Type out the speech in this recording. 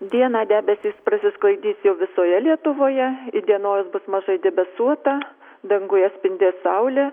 dieną debesys prasisklaidys jau visoje lietuvoje įdienojus bus mažai debesuota danguje spindės saulė